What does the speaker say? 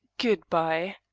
good bye.